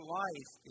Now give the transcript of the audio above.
life